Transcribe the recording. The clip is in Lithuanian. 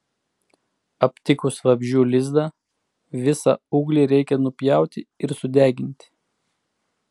aptikus vabzdžių lizdą visą ūglį reikia nupjauti ir sudeginti